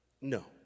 No